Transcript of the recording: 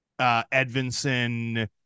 Edvinson